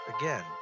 Again